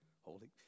holding